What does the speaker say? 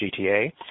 GTA